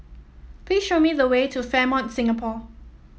please show me the way to Fairmont Singapore